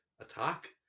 attack